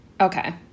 Okay